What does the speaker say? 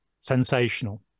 sensational